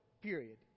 period